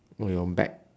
or your bag